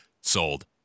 sold